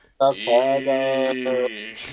Okay